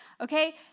Okay